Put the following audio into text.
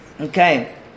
Okay